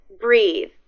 breathe